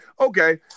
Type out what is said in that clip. okay